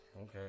Okay